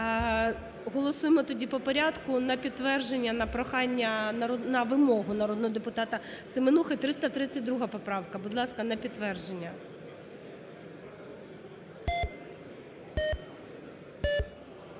Голосуємо тоді по порядку, на підтвердження, на прохання, на вимогу народного депутата Семенухи 332 поправка, будь ласка, на підтвердження.